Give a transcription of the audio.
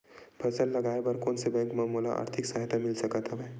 फसल लगाये बर कोन से बैंक ले मोला आर्थिक सहायता मिल सकत हवय?